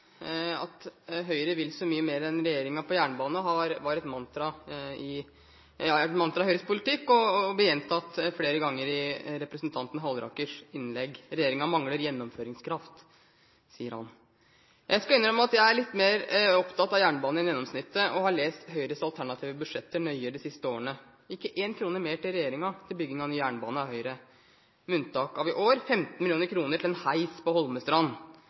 At Høyre vil så mye mer enn regjeringen på jernbane, har vært et mantra i Høyres politikk og ble gjentatt flere ganger i representanten Hallerakers innlegg. Regjeringen mangler gjennomføringskraft, sier han. Jeg skal innrømme at jeg er litt mer enn gjennomsnittet opptatt av jernbane og har lest Høyres alternative budsjetter nøye de siste årene. Høyre har ikke én krone mer enn regjeringen til bygging av ny jernbane, med unntak av i år, med 15 mill. kr til en heis på Holmestrand.